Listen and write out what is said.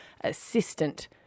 assistant